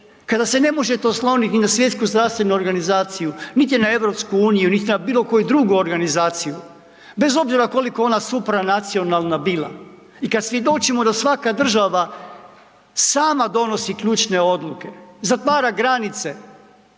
kada se ne možete osloniti na Svjetsku zdravstvenu organizaciju, niti na EU, niti na bilo koju drugu organizaciju, bez obzira koliko ona supranacionalna bila i kad svjedočimo da svaka država sama donosi ključne odluke, zatvara granice,